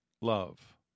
love